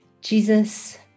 Jesus